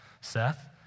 Seth